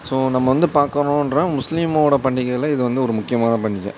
so நம்ம வந்து பாக்கணுன்ற முஸ்லீமோடய பண்டிகையில் இது வந்து ஒரு முக்கியமான பண்டிகை